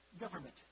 Government